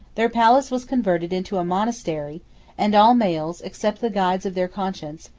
their palace was converted into a monastery and all males, except the guides of their conscience,